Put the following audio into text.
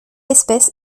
espèce